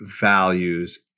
values